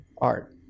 art